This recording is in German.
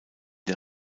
der